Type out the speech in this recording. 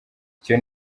icyo